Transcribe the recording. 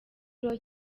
nshuro